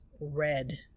red